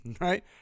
right